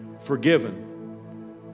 Forgiven